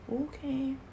Okay